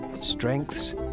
strengths